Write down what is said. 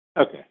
Okay